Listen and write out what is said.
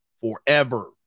forever